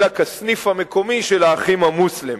אלא כסניף המקומי של "האחים המוסלמים".